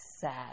sad